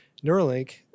Neuralink